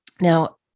Now